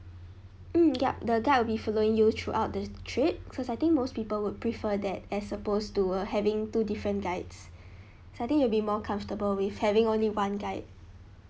mm yup the guide will be following you throughout the trip because I think most people would prefer that as supposed to uh having two different guides so I think you'll be more comfortable with having only one guide